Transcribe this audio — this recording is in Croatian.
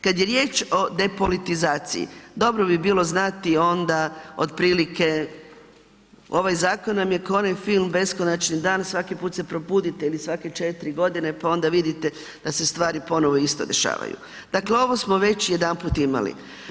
Kad je riječ o depolitizaciji, dobro bi bilo znati onda otprilike, ovaj zakon je kao onaj film Beskonačni dan, svaki put se probudite ili svake 4 g. pa onda vidite da se stvari ponovno dešavaju, dakle ovo smo već jedanput imali.